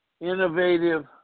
innovative